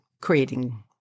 creating